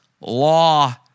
law